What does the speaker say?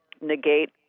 negate